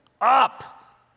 up